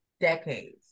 decades